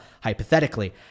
hypothetically